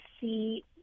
see